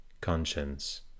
conscience